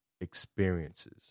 experiences